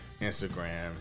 Instagram